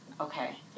okay